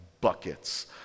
buckets